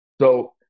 So-